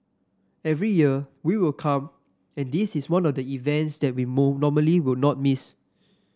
every year we will come and this is one of the events that we normally will not miss